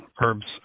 herbs